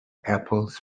apples